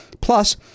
plus